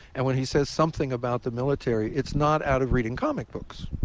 and when he says something about the military, it's not out of reading comic books.